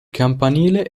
campanile